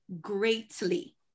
greatly